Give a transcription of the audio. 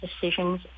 decisions